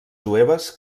jueves